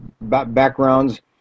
backgrounds